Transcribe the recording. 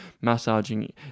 massaging